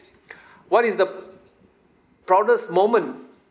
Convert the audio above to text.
what is the proudest moment